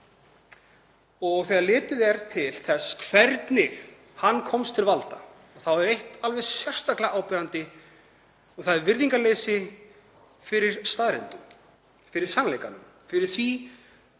Þegar litið er til þess hvernig hann komst til valda er eitt alveg sérstaklega áberandi og það er virðingarleysi fyrir staðreyndum, fyrir sannleikanum, fyrir því